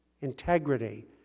integrity